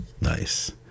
Nice